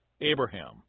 Abraham